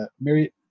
Mary